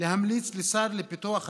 להמליץ לשר לפיתוח הפריפריה,